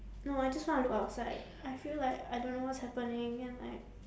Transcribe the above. no I just want to look outside I feel like I don't know what's happening and like